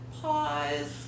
pause